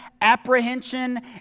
apprehension